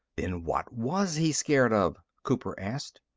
then what was he scared of? cooper asked.